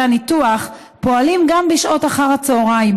הניתוח פועלים גם בשעות אחר הצוהריים,